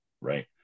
Right